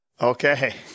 Okay